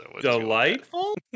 delightful